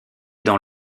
dans